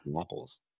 apples